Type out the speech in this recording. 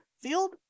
field